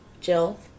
Jill